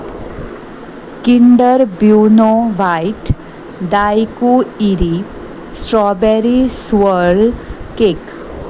Kinder Bueno white दायकू इरी strawberry swirl cake